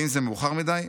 האם זה מאוחר מדי?